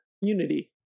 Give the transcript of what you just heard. Unity